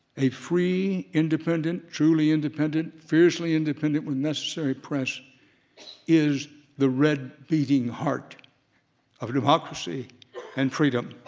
a free independent, truly independent, fiercely independent when necessary press is the red beating heart of a democracy and freedom.